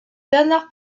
bernard